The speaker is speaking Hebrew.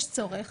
יש צורך